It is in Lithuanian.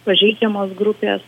pažeidžiamos grupės